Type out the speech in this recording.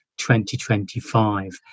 2025